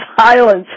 silence